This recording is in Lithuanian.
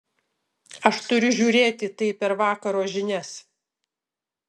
aš turiu žiūrėti tai per vakaro žinias